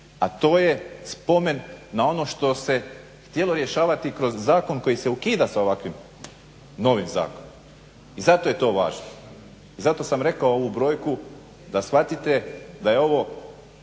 A to je spomen na ono što se htjelo rješavati kroz zakon koji se ukida sa ovakvim novim zakonom. I zato je to važno, i zato sam rekao ovu brojku da shvatite da je ovo